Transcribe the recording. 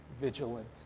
vigilant